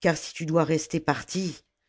car si tu dois rester partie